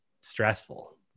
stressful